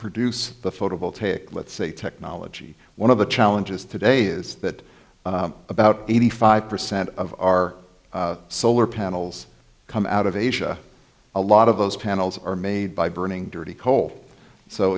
produce the photovoltaic let's say technology one of the challenges today is that about eighty five percent of our solar panels come out of asia a lot of those panels are made by burning dirty coal so